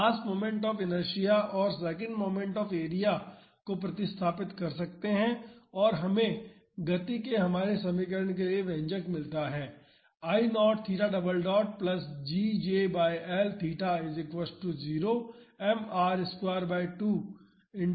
हम mass moment of inertia और second moment of area को प्रतिस्थापित कर सकते हैं और हमें गति के हमारे समीकरण के लिए व्यंजक मिलता है